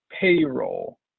payroll